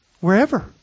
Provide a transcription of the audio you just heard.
Wherever